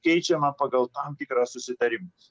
keičiama pagal tam tikrą susitarimus